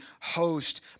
host